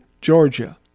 Georgia